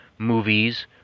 movies